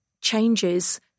changes